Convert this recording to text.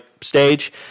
stage